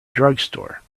drugstore